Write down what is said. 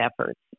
efforts